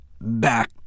back